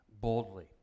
boldly